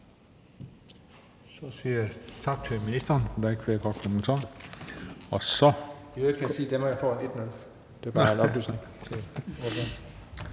tak til ministeren.